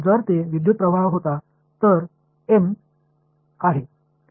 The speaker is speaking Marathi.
जर जे विद्युतप्रवाह होता तर एम आहे